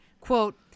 quote